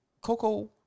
coco